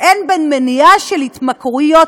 והן במניעה של התמכרויות.